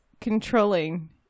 controlling